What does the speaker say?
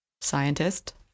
scientist